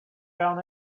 down